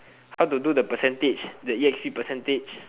how to do the percentage the e_x_p percentage